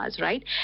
Right